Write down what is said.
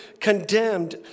condemned